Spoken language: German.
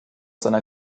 seiner